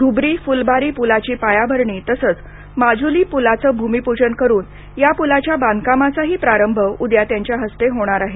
धब्री फलबारी पुलाची पायाभरणी तसंच माजूली पुलाचं भूमीपुजन करून या पुलाच्या बांधकामाचाही प्रारंभ उद्या त्यांच्या हस्ते होणार आहे